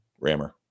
rammer